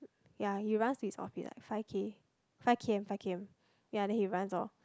ya he runs to his office like five K five K_M five K_M ya then he runs lor